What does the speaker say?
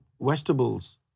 vegetables